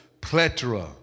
plethora